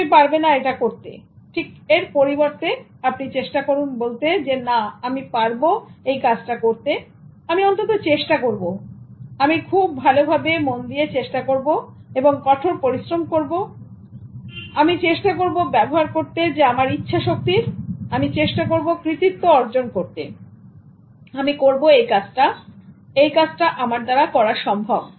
তুমি পারবে না এটা করতে ঠিক এর পরিবর্তে আপনি চেষ্টা করুন বলতে না আমি পারব করতে এই কাজটা আমি অন্তত চেষ্টা করব আমি খুব ভালোভাবে চেষ্টা করব আমি কঠোর পরিশ্রম করব আমি চেষ্টা করব ব্যবহার করতে আমার ইচ্ছা শক্তির আমি চেষ্টা করব কৃতিত্ব অর্জন করতে আমি করব এই কাজটা এই কাজটা আমার দ্বারা করা সম্ভব